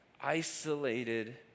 isolated